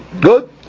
good